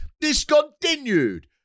discontinued